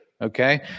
Okay